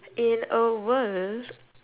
in a world